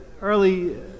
early